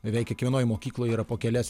beveik kiekvienoj mokykloj yra po kelias